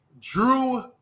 Drew